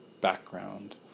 background